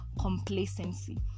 complacency